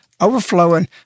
overflowing